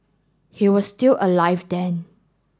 he was still alive then